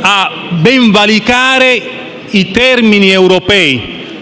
a ben valicare i termini europei